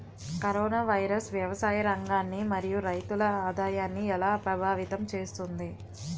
Corona virus వ్యవసాయ రంగాన్ని మరియు రైతుల ఆదాయాన్ని ఎలా ప్రభావితం చేస్తుంది?